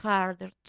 Harder